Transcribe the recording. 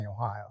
Ohio